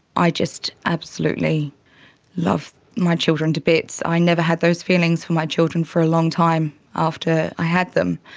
i just absolutely love my children to bits. i never had those feelings for my children for a long time after i had them,